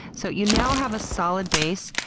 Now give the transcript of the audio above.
so you now have a solid base.